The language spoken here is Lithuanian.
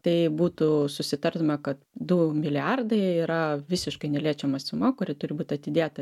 tai būtų susitartume kad du milijardai yra visiškai neliečiama suma kuri turi būt atidėta